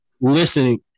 listening